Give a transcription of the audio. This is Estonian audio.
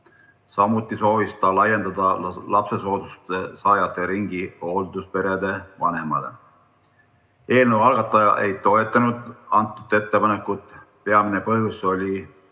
Samuti soovis ta laiendada lapsesoodustuste saajate ringi hoolduspere vanematele. Eelnõu algataja ei toetanud seda ettepanekut. Peamine põhjus oli,